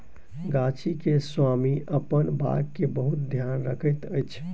गाछी के स्वामी अपन बाग के बहुत ध्यान रखैत अछि